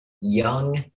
young